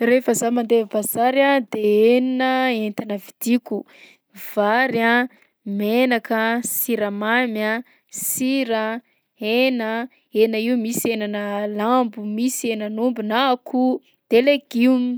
Rehefa zaho mandeha bazary a de enina entana vidiko: vary a, menaka, siramamy a, sira, hena a; hena io misy henanà lambo, misy henan'omby na akoho de legioma.